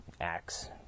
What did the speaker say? acts